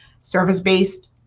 service-based